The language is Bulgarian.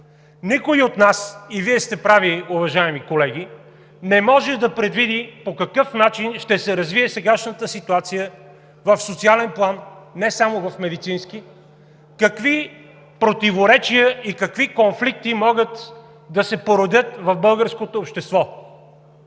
Никой от нас, и Вие, уважаеми колеги, сте прави – не може да предвиди по какъв начин ще се развие сегашната ситуация в социален план, не само в медицински, какви противоречия и какви конфликти могат да се породят в българското общество.